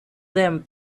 them